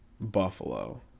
Buffalo